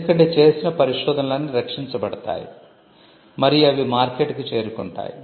ఎందుకంటే చేసిన పరిశోధనలన్నీ రక్షించబడతాయి మరియు అవి మార్కెట్కు చేరుకుంటుంది